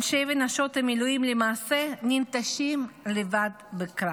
אנשי ונשות המילואים למעשה ננטשים לבד בקרב.